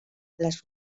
les